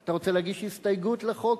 אתה רוצה להגיש הסתייגות לחוק?